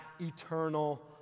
eternal